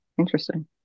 interesting